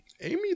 Amy